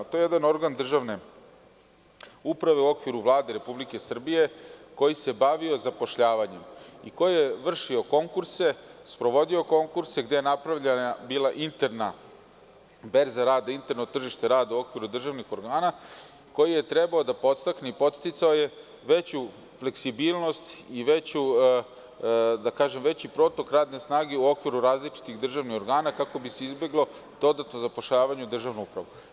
To je jedan organ državne uprave u okviru Vlade Republike Srbije koji se bavio zapošljavanjem i koji je vršio konkurse, sprovodio konkurse, gde je napravljena bila interna berza rada, interno tržište rada u okviru državnih organa koje je trebao da podstakne i podsticaje veću fleksibilnost i veći protok radne snage u okviru različitih državnih organa kako bi se izbeglo dodatno zapošljavanje u državnoj upravi.